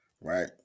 right